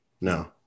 no